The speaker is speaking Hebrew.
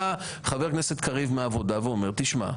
בא חבר הכנסת קריב מהעבודה ואומר: תשמע,